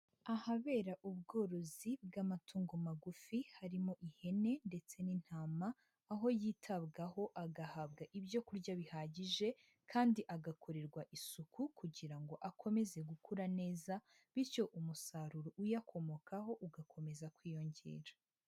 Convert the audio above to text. Ahabera ubworozi bw'amatungo magufi harimo ihene ndetse n'intama, aho yitabwaho agahabwa ibyo kurya bihagije kandi agakorerwa isuku kugira ngo akomeze gukura neza bityo umusaruro uyakomokaho ugakomeza kwiyongera.